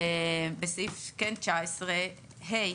כן בסעיף 19(ה),